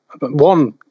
One